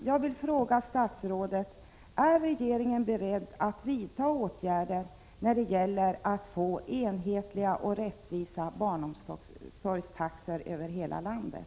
Jag vill fråga statsrådet: Är regeringen beredd att vidta åtgärder för att få enhetliga och rättvisa barnomsorgstaxor över hela landet?